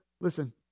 Listen